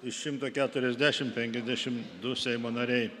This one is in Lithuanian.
iš šimto keturiasdešim penkiasdešim du seimo nariai